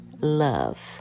love